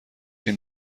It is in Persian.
این